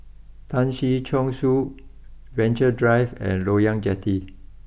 Tan Si Chong Su Venture Drive and Loyang Jetty